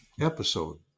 episode